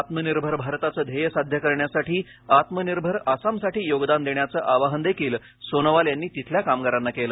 आत्मनिर्भर भारताचे ध्येय साध्य करण्यासाठी आत्मनिर्भर आसामसाठी योगदान देण्याचे आवाहनदेखील सोनोवाल यांनी तिथल्या कामगारांना केलं